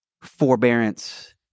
Forbearance